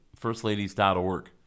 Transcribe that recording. firstladies.org